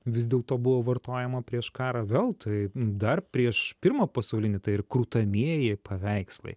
vis dėlto buvo vartojama prieš karą vėl tai dar prieš pirmą pasaulinį tai ir krutamieji paveikslai